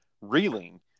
reeling